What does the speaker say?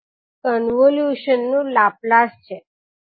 હવે જો તમે આ ટર્મ જોશો તો એ 𝑓1𝑡 અને 𝑓2𝑡 ના કોન્વોલ્યુશન સિવાય કંઈ નથી